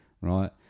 right